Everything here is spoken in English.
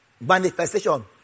manifestation